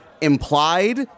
implied